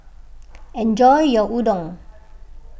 enjoy your Udon